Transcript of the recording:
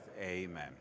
Amen